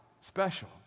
special